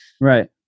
Right